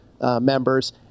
members